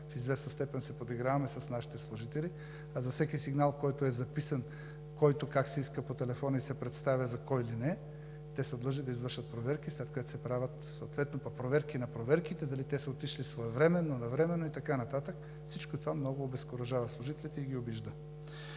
В известна степен се подиграваме с нашите служители, а за всеки сигнал, който е записан – който както си иска по телефона и се представя за кого ли не, те са длъжни да извършат проверки, след което се правят съответно пък проверки на проверките – дали те са отишли своевременно, навременно и така нататък. Всичко това много обезкуражава служителите и ги обижда.